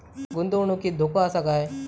गुंतवणुकीत धोको आसा काय?